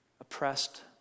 oppressed